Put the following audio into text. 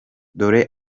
dore